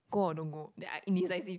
go or don't go then I indecisive